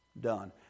done